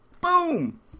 boom